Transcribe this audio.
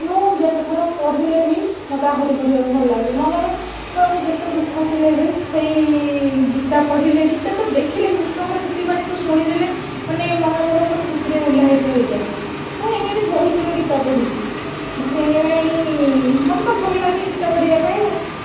ମୁଁ ଯେତେଥର ପଢ଼ିଲେ ବି ମୋତେ ଆହୁରି ପଢ଼ିବା କୁ ଭଲ ଲାଗେ ମନରେ ମୋର ଯେତେ ଦୁଃଖ ଥିଲେ ବି ସେଇ ଗୀତା ପଢ଼ିଲେ ଗୀତା ତ ଦେଖିଲେ ତ କୃଷ୍ଣଙ୍କର ନୀତିବାଣୀ ଶୁଣିଦେଲେ ମାନେ ମନ ମୋର ମୋର ଖୁସିରେ ଉଲ୍ଲାସିତ ହୋଇଯାଏ ମୁଁ ଏମିତି ବହୁତ ଥର ଗୀତା ପଢ଼ିଛି ସେଥିପାଇଁ ମୋତେ ତ ଭଲ ଲାଗେ ଗୀତା ପଢ଼ିବା ପାଇଁ ଆଉ